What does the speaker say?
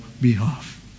behalf